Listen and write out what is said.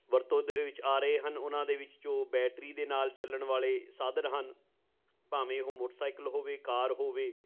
ਵਰਤੋਂ ਦੇ ਵਿੱਚ ਆ ਰਹੇ ਹਨ ਉਹਨਾਂ ਦੇ ਵਿੱਚ ਜੋ ਬੈਟਰੀ ਦੇ ਨਾਲ ਚੱਲਣ ਵਾਲੇ ਸਾਧਨ ਹਨ ਭਾਵੇਂ ਉਹ ਮੋਟਰਸਾਈਕਲ ਹੋਵੇ ਕਾਰ ਹੋਵੇ